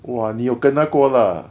!wah! 你有 kena 过 lah